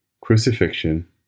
crucifixion